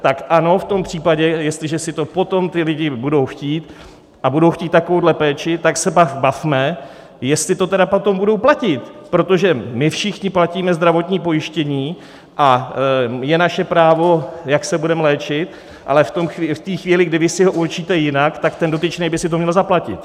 Tak ano, v tom případě, jestliže to potom ti lidé budou chtít a budou chtít takovouhle péči, tak se pak bavme, jestli to tedy potom budou platit, protože my všichni platíme zdravotní pojištění a je naše právo, jak se budeme léčit, ale v té chvíli, kdy vy si ho určíte jinak, tak ten dotyčný by si to měl zaplatit!